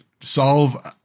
solve